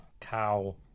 cow